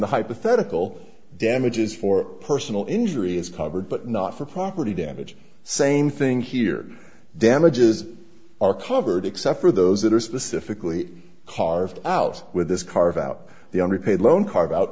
the hypothetical damages for personal injury is covered but not for property damage same thing here damages are covered except for those that are specifically carved out with this carve out the underpaid loan carve out